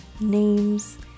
names